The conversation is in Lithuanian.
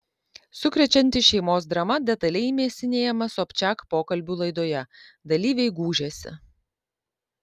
sukrečianti šeimos drama detaliai mėsinėjama sobčiak pokalbių laidoje dalyviai gūžiasi